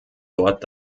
dort